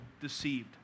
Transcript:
deceived